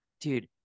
dude